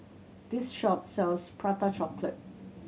this shop sells Prata Chocolate